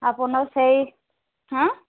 ଆପଣ ସେଇ ହୁଁ